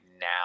now